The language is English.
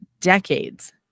decades